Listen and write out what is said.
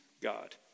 God